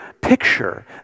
picture